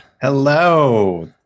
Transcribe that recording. Hello